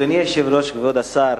אדוני היושב-ראש, כבוד השר,